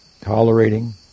tolerating